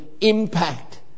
impact